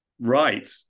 right